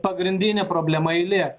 pagrindinė problema eilė